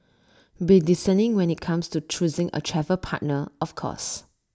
be discerning when IT comes to choosing A travel partner of course